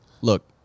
look